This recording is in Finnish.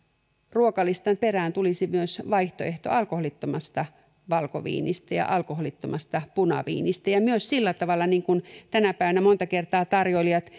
ruokalistan perään tulisi myös vaihtoehto alkoholittomasta valkoviinistä ja alkoholittomasta punaviinistä ja myös sillä tavalla että kun tänä päivänä monta kertaa tarjoilijat